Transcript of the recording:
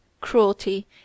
cruelty